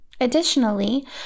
Additionally